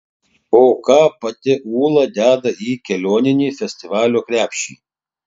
o ką pati ūla deda į kelioninį festivalio krepšį